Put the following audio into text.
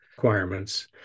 requirements